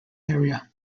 area